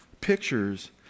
pictures